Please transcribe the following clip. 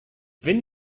wenn